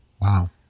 Wow